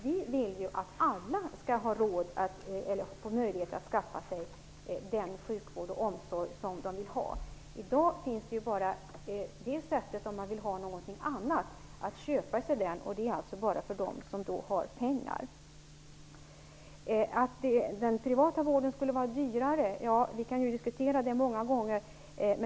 Vi vill ju att alla skall ha råd och få möjlighet att skaffa sig den sjukvård och omsorg de vill ha. I dag finns det bara ett sätt om man vill ha något annat än det som erbjuds: att köpa det. Det är alltså bara något för dem som har pengar. Att den privata vården skulle vara dyrare kan diskuteras.